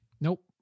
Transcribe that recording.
Nope